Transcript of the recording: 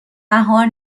بهار